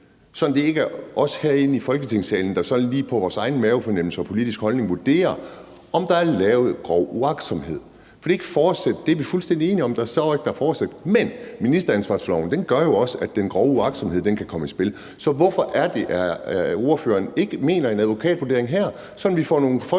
så det ikke er os herinde i Folketingssalen, der sådan lige ud fra vores egen mavefornemmelse og politiske holdning vurderer, om der har været grov uagtsomhed. For det er ikke forsæt. Det er vi fuldstændig enige om. Der står ikke, at der er forsæt. Men ministeransvarlighedsloven gør jo også, at den grove uagtsomhed kan komme i spil. Så hvorfor er det, at ordføreren ikke vil have en advokatvurdering her, sådan at vi får nogle folk – nogle